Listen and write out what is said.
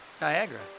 Niagara